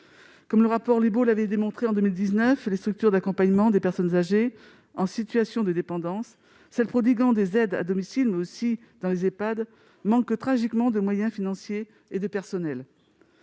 Comme le rapport Libault l'avait démontré en 2019, les structures d'accompagnement des personnes âgées en situation de dépendance, celles qui pourvoient en aides à domicile, mais aussi les Ehpad, manquent tragiquement de moyens financiers et de personnel.